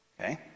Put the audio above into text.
Okay